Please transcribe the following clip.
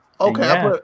okay